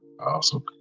Awesome